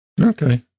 okay